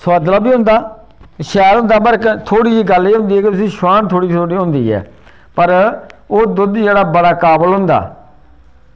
सुआदला बी होंदा ते शैल होंदा पर थोह्ड़ी जेही गल्ल उसी एह् होंदी कि शुहान थोह्ड़ी थोह्ड़ी होंदी ऐ पर ओह् जेह्ड़ा दुद्ध बड़ा काबिल होंदा